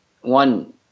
one